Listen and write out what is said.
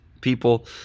people